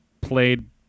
played